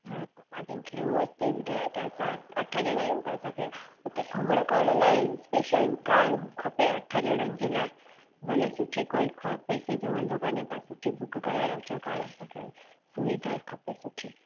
हा त मां तव्हांखे उहे थी ॿुधायां की असां अठ ॼणा आहियूं त असांखे उते घुमण करण लाइ स्पेशल कार खपे अठ ॼणनि जे लाइ भले सुठी कोई खपे पैसे जो वांदो कान्हे तव्हां सुठी बुक कराइ रखजो कार असांखे सुविधा खपे सुठी